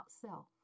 self